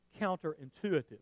counterintuitive